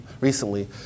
recently